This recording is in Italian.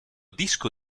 disco